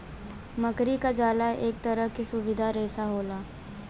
मकड़ी क झाला एक तरह के शुद्ध रेसा होला